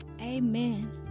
amen